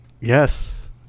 Yes